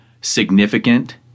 significant